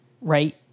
Right